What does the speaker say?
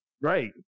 right